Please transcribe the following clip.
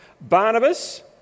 Barnabas